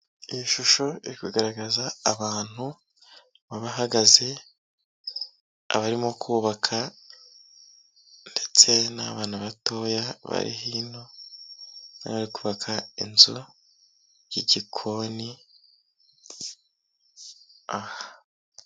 Iyi shusho ikagaragaza abantu, ababahagaze, abarimo kubaka ndetse n'abana batoya, bari hino bari kubaka inzu y'igikoni aha.